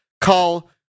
call